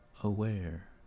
Aware